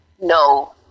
No